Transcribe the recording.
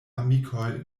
amikoj